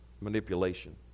manipulation